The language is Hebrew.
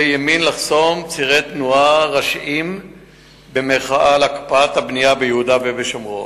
ימין לחסום צירי תנועה ראשיים במחאה על הקפאת הבנייה ביהודה ושומרון.